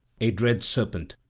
a dread serpent,